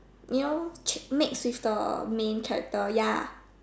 you know mix with the main character ya